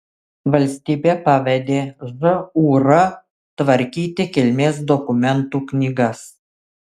valstybė pavedė žūr tvarkyti kilmės dokumentų knygas